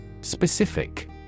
Specific